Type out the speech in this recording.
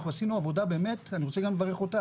אני רוצה גם לברך אותך.